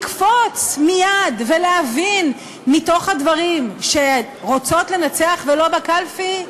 לקפוץ מייד ולהבין מתוך הדברים שרוצות לנצח ולא בקלפי?